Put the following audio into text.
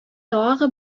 тагы